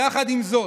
יחד עם זאת,